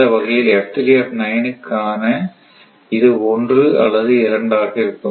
இந்த வகையில் க்கான இது 1 அல்லது 2 ஆக இருக்கும்